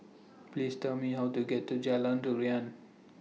Please Tell Me How to get to Jalan Durian